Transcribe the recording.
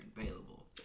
available